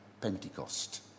Pentecost